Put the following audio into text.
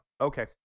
Okay